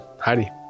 Heidi